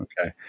okay